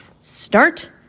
Start